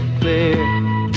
clear